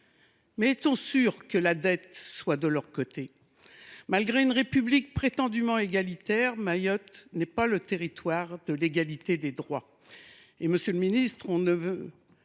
Mais est on sûr que la dette est de leur côté ? Malgré une République prétendument égalitaire, Mayotte n’est pas le territoire de l’égalité des droits. Comme pour M. Macron, la